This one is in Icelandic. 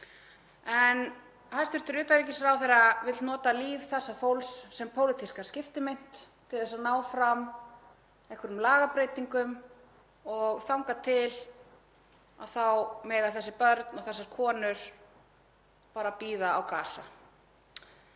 En hæstv. utanríkisráðherra vill nota líf þessa fólks sem pólitíska skiptimynt til að ná fram einhverjum lagabreytingum og þangað til þá mega þessi börn og þessar konur bara bíða á Gaza.